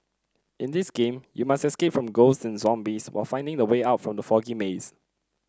in this game you must escape from ghosts and zombies while finding the way out from the foggy maze